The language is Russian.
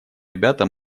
ребята